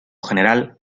general